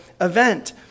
event